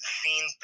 seen